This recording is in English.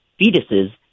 fetuses